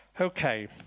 Okay